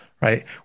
right